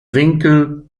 winkel